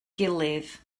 gilydd